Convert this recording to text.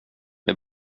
det